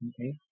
Okay